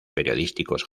periodísticos